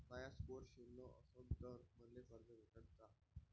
माया score शून्य असन तर मले कर्ज भेटन का?